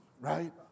right